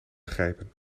begrijpen